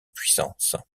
puissance